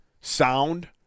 sound